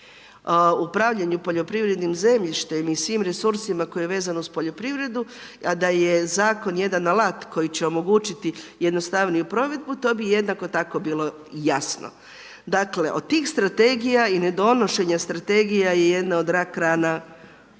upravljanju poljoprivrednim zemljištem i svim resursima koje je vezano uz poljoprivredu, a da je zakon jedan alat koji će omogućiti jednostavniju provedbu, to bi jednako tako bilo jasno. Dakle, od tih strategija i nedonošenja strategija je jedna od rak rana